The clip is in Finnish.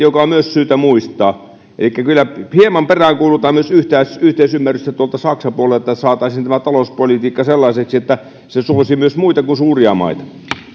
joka on myös syytä muistaa elikkä kyllä hieman peräänkuulutan myös yhteisymmärrystä tuolta saksan puolelta että saataisiin talouspolitiikka sellaiseksi että se suosisi myös muita kuin suuria maita